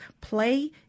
play